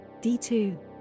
D2